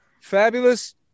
fabulous